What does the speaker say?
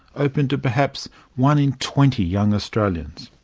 open to perhaps one in twenty young australians.